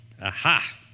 Aha